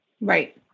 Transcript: Right